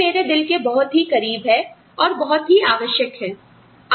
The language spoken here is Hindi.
यह मेरे दिल के बहुत ही करीब है और बहुत आवश्यक है